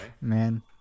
Man